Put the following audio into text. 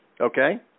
Okay